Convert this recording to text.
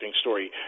story